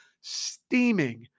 steaming